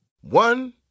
One